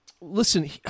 Listen